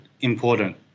important